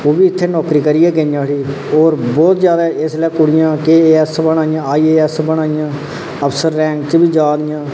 ओह्बी इत्थै नौकरी करियै गेइयां उठी होर बहुत गै जादै कुड़ियां केएएस बना दियां आईएएस बना दियां अफसर रैंक च बी जा दियां